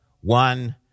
one